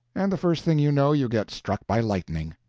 and the first thing you know you get struck by lightning.